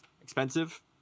expensive